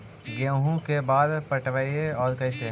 गेहूं के बार पटैबए और कैसे?